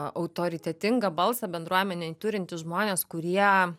autoritetingą balsą bendruomenėj turintys žmonės kurie